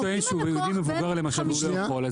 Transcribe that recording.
אם הבנק טוען שהוא בגיל מבוגר והוא לא יכול,